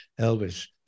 Elvis